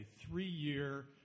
three-year